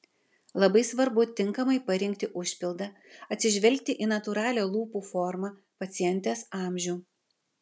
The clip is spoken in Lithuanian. labai svarbu tinkamai parinkti užpildą atsižvelgti į natūralią lūpų formą pacientės amžių